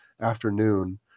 afternoon